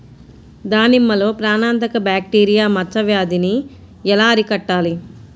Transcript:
దానిమ్మలో ప్రాణాంతక బ్యాక్టీరియా మచ్చ వ్యాధినీ ఎలా అరికట్టాలి?